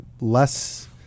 less